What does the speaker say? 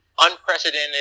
unprecedented